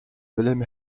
wilhelm